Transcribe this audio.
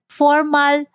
formal